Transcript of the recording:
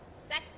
Sex